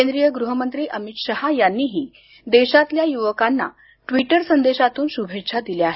केंद्रीय गृहमंत्री अमित शहा यांनीही देशातल्या युवकांना ट्वीटर संदेशातून शुभेच्छा दिल्या आहेत